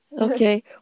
Okay